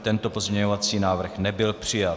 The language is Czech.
Tento pozměňující návrh nebyl přijat.